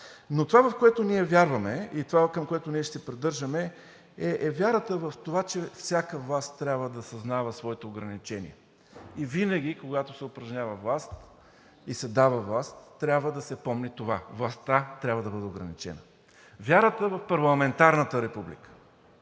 Но това, в което ние вярваме, и това, към което ще се придържаме, е вярата в това, че всяка власт трябва да съзнава своето ограничение и винаги, когато се упражнява власт и се дава власт, трябва да се помни това: властта трябва да бъде ограничена. Вярата в парламентарната република